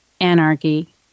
anarchy